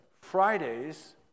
Fridays